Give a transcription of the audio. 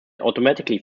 automatically